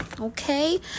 okay